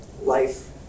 life